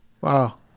Wow